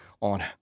on